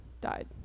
died